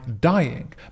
dying